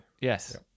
Yes